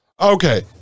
Okay